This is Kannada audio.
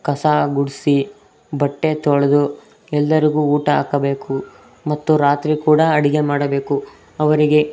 ಕಸ ಗುಡಿಸಿ ಬಟ್ಟೆ ತೊಳೆದು ಎಲ್ಲರಿಗೂ ಊಟ ಹಾಕಬೇಕು ಮತ್ತು ರಾತ್ರಿ ಕೂಡ ಅಡುಗೆ ಮಾಡಬೇಕು ಅವರಿಗೆ